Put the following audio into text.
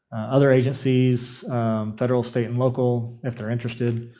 other agencies federal, state, and local if they're interested,